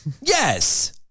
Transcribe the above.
yes